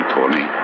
Tony